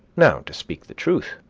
now, to speak the truth,